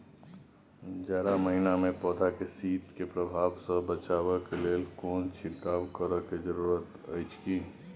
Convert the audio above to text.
जारा महिना मे पौधा के शीत के प्रभाव सॅ बचाबय के लेल कोनो छिरकाव करय के जरूरी अछि की?